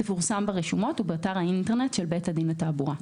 תפורסם ברשומות ובאתר האינטרנט של בית הדין לתעבורה.